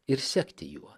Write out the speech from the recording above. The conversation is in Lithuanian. ir sekti juo